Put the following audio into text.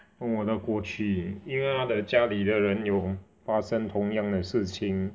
问我的过去因为他的家里的人有发生同样的事情